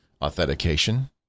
Authentication